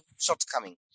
shortcoming